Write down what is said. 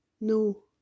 no